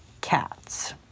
cats